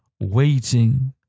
Waiting